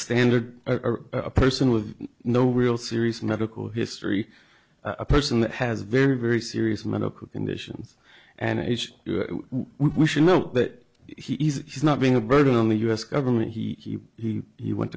standard or a person with no real serious medical history a person that has very very serious medical conditions and we should note that he's not being a burden on the u s government he he he went